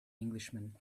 englishman